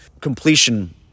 completion